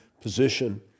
position